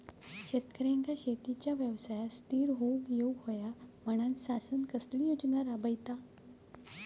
शेतकऱ्यांका शेतीच्या व्यवसायात स्थिर होवुक येऊक होया म्हणान शासन कसले योजना राबयता?